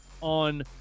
on